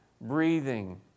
Breathing